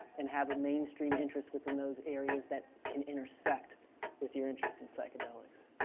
and have a mainstream interest within those areas that can intersect with your interest in psychedelics.